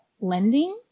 lending